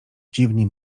dziwnie